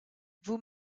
vous